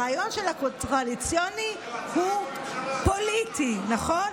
הרעיון של הקואליציוני הוא פוליטי, נכון?